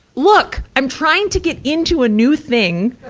look! i'm trying to get into a new thing,